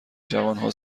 جوانها